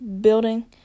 building